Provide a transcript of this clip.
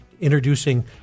introducing